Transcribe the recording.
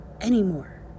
anymore